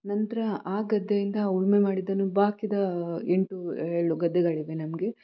ನಂತರ ಆ ಗದ್ದೆಯಿಂದ ಉಳುಮೆ ಮಾಡಿದ್ದನ್ನು ಬಾಕಿದ ಎಂಟು ಏಳು ಗದ್ದೆಗಳಿವೆ ನಮಗೆ